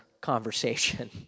conversation